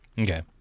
Okay